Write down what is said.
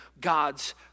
God's